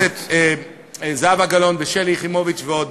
חברת הכנסת זהבה גלאון ושלי יחימוביץ ועוד